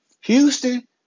Houston